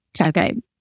Okay